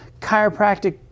chiropractic